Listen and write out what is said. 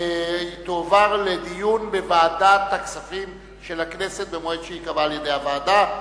תועברנה לדיון בוועדת הכספים של הכנסת במועד שייקבע בוועדה.